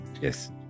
Yes